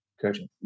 coaching